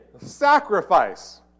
sacrifice